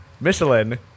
Michelin